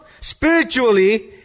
Spiritually